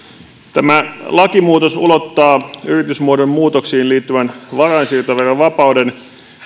tämä lakimuutos ulottaa yritysmuodon muutoksiin liittyvän varainsiirtoverovapauden